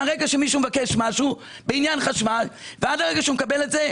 מרגע שמישהו מבקש משהו בעניין חשמל ועד הרגע שהוא מקבל את זה,